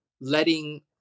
letting